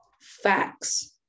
Facts